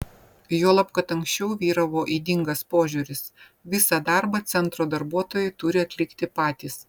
juolab kad anksčiau vyravo ydingas požiūris visą darbą centro darbuotojai turi atlikti patys